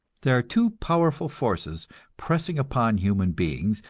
there are two powerful forces pressing upon human beings,